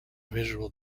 visual